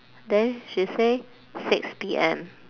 then she say six P_M